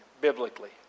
biblically